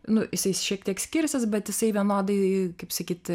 nu jisai šiek tiek skirsis bet jisai vienodai kaip sakyt